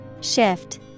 Shift